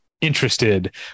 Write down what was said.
interested